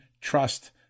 trust